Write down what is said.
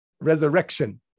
resurrection